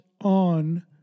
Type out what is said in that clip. on